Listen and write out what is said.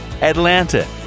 Atlanta